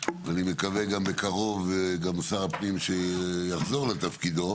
ואני מקווה גם שר הפנים שיחזור לתפקידו